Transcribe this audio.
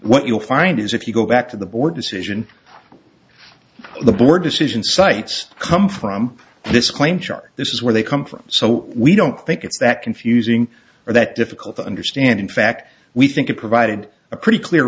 what you'll find is if you go back to the board decision the board decision sites come from this claim chart this is where they come from so we don't think it's that confusing or that difficult to understand in fact we think it provided a pretty clear